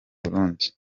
burundi